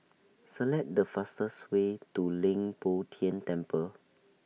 Select The fastest Way to Leng Poh Tian Temple